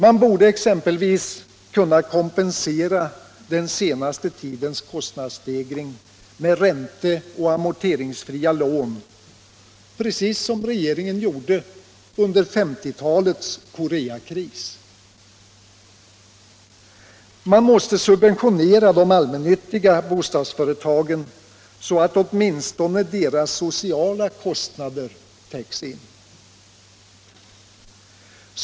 Man borde exempelvis kunna kompensera den senaste tidens kostnadsstegring med ränteoch amorteringsfria lån, precis som regeringen gjorde under 1950 talets ”Koreakris”. Man måste subventionera de allmännyttiga bostadsföretagen, så att åtminstone deras sociala kostnader täcks in.